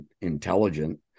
intelligent